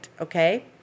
Okay